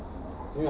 okay